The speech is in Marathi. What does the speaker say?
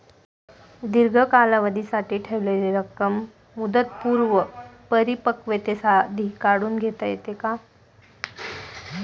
दीर्घ कालावधीसाठी ठेवलेली रक्कम मुदतपूर्व परिपक्वतेआधी काढून घेता येते का?